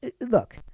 look